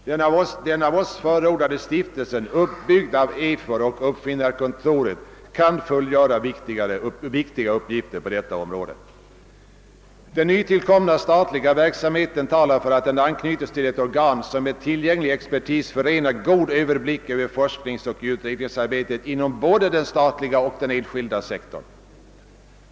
Den av oss förordade stiftelsen, uppbyggd av EFOR och Uppfinnarkontoret, kan fullgöra viktiga uppgifter på detta område. Den nytillkomna statliga verksamheten talar för att den bör anknytas till ett organ som med tillgänglig expertis förenar god överblick över forskningsoch utvecklingsarbete inom både den statliga och den enskilda sektorn.